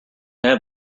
have